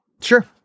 sure